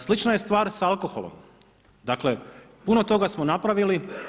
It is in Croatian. Slična je stvar s alkoholom, dakle, puno toga smo napravili.